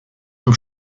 vom